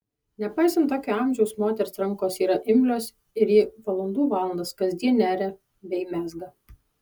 nepaisant tokio amžiaus moters rankos yra imlios ir ji valandų valandas kasdien neria bei mezga